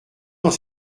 dans